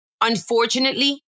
Unfortunately